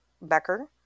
Becker